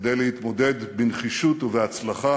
כדי להתמודד בנחישות ובהצלחה